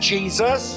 Jesus